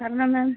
പറഞ്ഞോ മാം